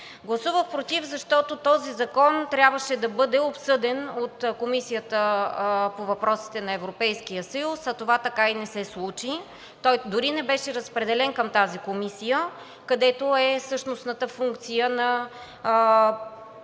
Гласувах против, защото този закон трябваше да бъде обсъден от Комисията по въпросите на Европейския съюз, а това така и не се случи. Той дори не беше разпределен към тази комисия, където е същностната функция на